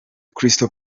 crystal